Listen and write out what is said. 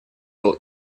был